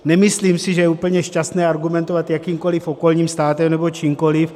Nemyslím si, že je úplně šťastné argumentovat jakýmkoliv okolním státem nebo čímkoliv.